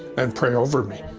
and pray over me.